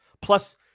Plus